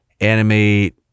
animate